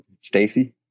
Stacy